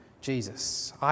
Jesus